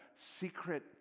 secret